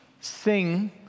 sing